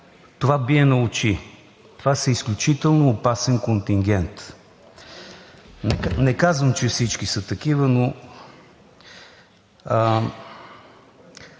това бие на очи. Това е изключително опасен контингент. Не казвам, че всички са такива, но...